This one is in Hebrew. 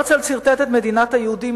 הרצל סרטט את מדינת היהודים,